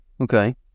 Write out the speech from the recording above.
Okay